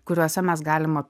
kuriuose mes galim